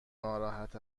ناراحت